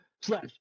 slash